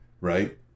right